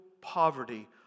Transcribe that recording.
poverty